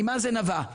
ממה זה נבע?